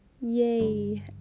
yay